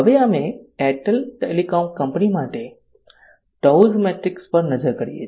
હવે અમે Airtel telecom company માટે TOWS મેટ્રિક્સ પર નજર કરીએ છીએ